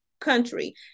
country